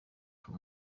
rwo